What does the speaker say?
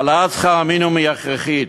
העלאת שכר המינימום היא הכרחית,